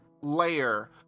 layer